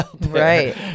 Right